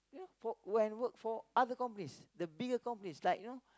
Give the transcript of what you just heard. you know for when work for other companies the bigger companies like you know